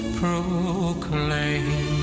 proclaim